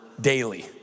daily